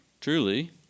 truly